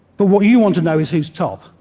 but what you want to know is who's top,